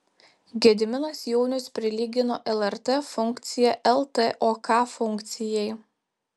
gediminas jaunius prilygino lrt funkciją ltok funkcijai